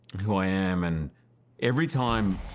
who i am, and every time